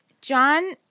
John